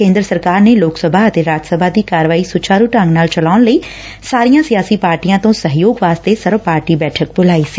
ਕੇ'ਦਰ ਸਰਕਾਰ ਨੇ ਲੋਕ ਸਭਾ ਅਤੇ ਰਾਜ ਸਭਾ ਦੀ ਕਾਰਵਾਈ ਸੁਚਾਰੁ ਢੰਗ ਨਾਲ ਚਲਾਉਣ ਲਈ ਸਾਰੀਆਂ ਸਿਆਸੀ ਪਾਰਟੀਆਂ ਤੋਂ ਸਹਿਯੋਗ ਵਾਸਤੇ ਸਰਵ ਪਾਰਟੀ ਬੈਠਕ ਬੁਲਾਈ ਸੀ